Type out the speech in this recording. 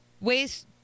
ways